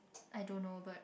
I don't know but